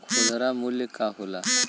खुदरा मूल्य का होला?